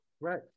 Right